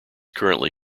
currently